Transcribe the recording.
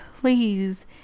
please